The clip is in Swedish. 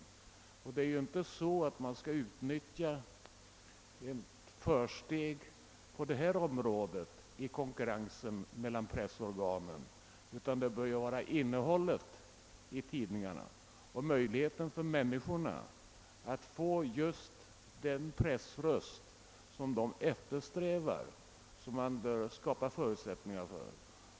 Man bör ju inte utnyttja försteg på detta område i konkurrensen mellan pressorganen, utan det är ju innehållet i tidningarna man bör tänka på, och det är möjligheten för människorna att få tillgång till just den pressröst som de vill ha som man bör skapa förutsättningar för.